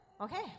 Okay